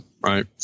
right